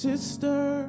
Sister